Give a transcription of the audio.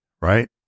right